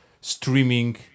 streaming